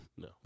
No